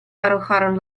arrojaron